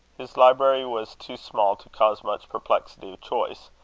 his library was too small to cause much perplexity of choice,